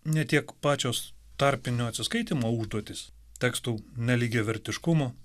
ne tiek pačios tarpinio atsiskaitymo užduotys tekstų nelygiavertiškumo